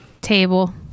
Table